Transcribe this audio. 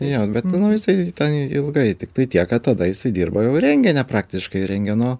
jo bet nu jisai ten ilgai tiktai tiek kad tada jisai dirbo jau rentgene praktiškai rentgeno